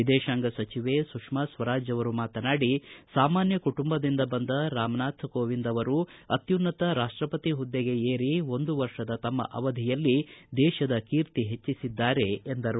ವಿದೇಶಾಂಗ ಸಚಿವೆ ಸುಷ್ಮಾ ಸ್ವರಾಜ್ ಅವರು ಮಾತನಾಡಿ ಸಾಮಾನ್ವ ಕುಟುಂಬದಿಂದ ಬಂದ ರಾಮ್ನಾಥ್ ಕೋವಿಂದ್ ಅವರು ಅತ್ತುನ್ನತ ರಾಷ್ಷಪತಿ ಹುದ್ದೆಗೆ ಏರಿ ಒಂದು ವರ್ಷದ ತಮ್ನ ಅವಧಿಯಲ್ಲಿ ದೇಶದ ಕೀರ್ತಿ ಹೆಚ್ಚಿಸಿದ್ದಾರೆ ಎಂದರು